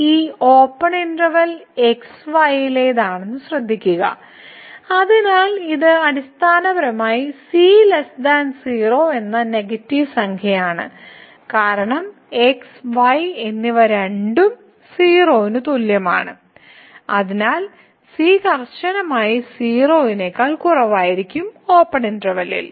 c ഈ x y open ഇന്റർവെല്ലിന്റെതാണെന്നത് ശ്രദ്ധിക്കുക അതിനാൽ ഇത് അടിസ്ഥാനപരമായി c 0 എന്ന നെഗറ്റീവ് സംഖ്യയാണ് കാരണം x y എന്നിവ രണ്ടും 0 ന് തുല്യമാണ് അതിനാൽ c കർശനമായി 0 നേക്കാൾ കുറവായിരിക്കും ഓപ്പൺ ഇന്റെർവെല്ലിൽ